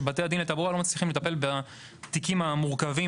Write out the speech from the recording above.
שבתי דין לתעבורה לא מצליחים לטפל בתיקים המורכבים,